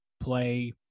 play